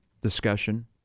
discussion